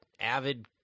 avid